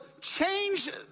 change